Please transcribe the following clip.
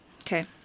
Okay